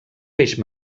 peix